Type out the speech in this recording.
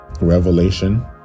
revelation